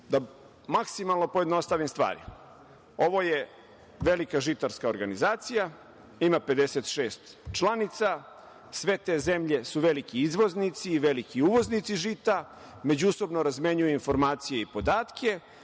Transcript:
maksimalno pojednostavim stvari. Ovo je velika žitarska organizacija, ima 56 članica. Sve te zemlje su veliki izvoznici i veliki uvoznici žita, međusobno razmenjuju informacije i podatke.